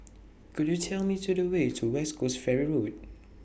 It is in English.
Could YOU Tell Me to The Way to West Coast Ferry Road